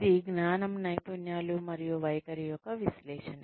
ఇది జ్ఞానం నైపుణ్యాలు మరియు వైఖరి యొక్క విశ్లేషణ